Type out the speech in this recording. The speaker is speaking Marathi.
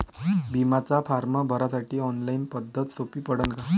बिम्याचा फारम भरासाठी ऑनलाईन पद्धत सोपी पडन का?